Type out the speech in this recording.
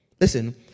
Listen